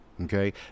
okay